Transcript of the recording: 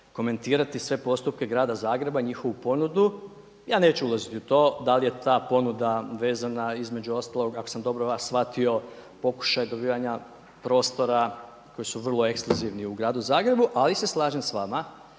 komentirati sve postupke grada Zagreba i njihovu ponudu. Ja neću ulaziti u to da li je ta ponuda vezana između ostalog, ako sam dobro vas shvatio pokušaj dobivanja prostora koji su vrlo ekskluzivni u gradu Zagrebu ali se slažem s vama